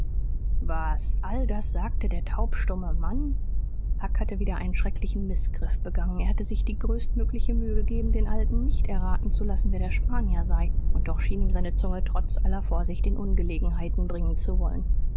was all das sagte der taubstumme mann huck hatte wieder einen schrecklichen mißgriff begangen er hatte sich die größtmöglichste mühe gegeben den alten nicht erraten zu lassen wer der spanier sei und doch schien ihn seine zunge trotz aller vorsicht in ungelegenheiten bringen zu wollen